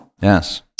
Yes